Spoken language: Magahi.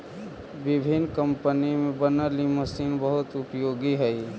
विभिन्न कम्पनी में बनल इ मशीन बहुत उपयोगी हई